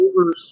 over